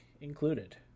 included